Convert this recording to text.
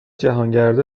جهانگردا